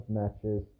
matches